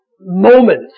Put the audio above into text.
moment